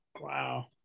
Wow